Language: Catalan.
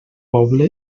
poble